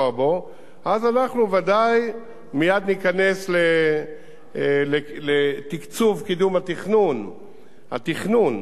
אז אנחנו בוודאי מייד ניכנס לתקצוב קידום התכנון של הכביש,